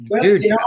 dude